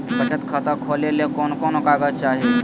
बचत खाता खोले ले कोन कोन कागज चाही?